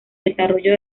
desarrollo